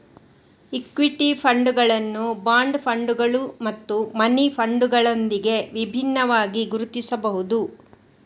equity ಫಂಡುಗಳನ್ನು bond ಫಂಡುಗಳು ಮತ್ತು ಮನಿ ಫಂಡುಗಳೊಂದಿಗೆ ವಿಭಿನ್ನವಾಗಿ ಗುರುತಿಸಬಹುದು